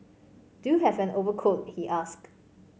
do you have an overcoat he asked